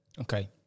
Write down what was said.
Okay